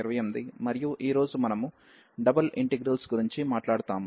మరియు ఈ రోజు మనము డబుల్ ఇంటిగ్రల్స్ గురించి మాట్లాడుతాము